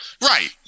Right